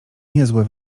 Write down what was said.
niezłe